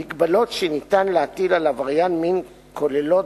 המגבלות שניתן להטיל על עבריין מין כוללות